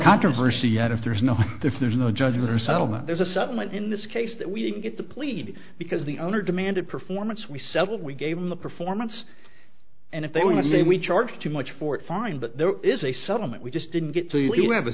controversy yet if there is no if there's no judgement or settlement there's a settlement in this case that we didn't get to plead because the owner demanded performance we settle we gave them the performance and if they were going to say we charge too much for it fine but there is a settlement we just didn't get to have a